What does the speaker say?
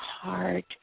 heart